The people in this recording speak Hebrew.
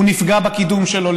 לעיתים נפגע הקידום שלו.